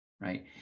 right